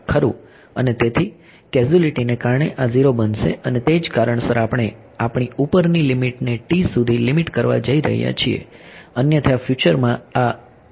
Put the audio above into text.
ખરું અને તેથી કેઝ્યુલીટીને કારણે આ 0 બનશે અને તે જ કારણસર આપણે આપણી ઉપરની લીમીટને t સુધી લીમીટ કરવા જઈ રહ્યા છીએ અન્યથા ફ્યુચરમાં આ તરીકે હશે